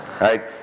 right